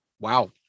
wow